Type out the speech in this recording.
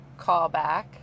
callback